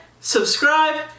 subscribe